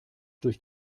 durch